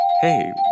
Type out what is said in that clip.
Hey